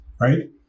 right